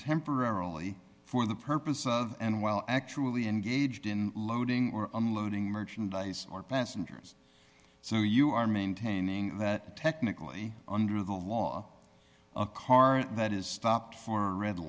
temporarily for the purpose of and while actually engaged in loading or unloading merchandise or passengers so you are maintaining that technically under the law a car that is stopped for a red